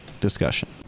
discussion